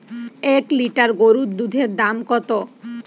এক লিটার গোরুর দুধের দাম কত?